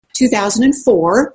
2004